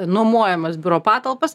nuomojamės biuro patalpas